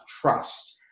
trust